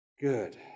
good